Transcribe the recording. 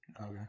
Okay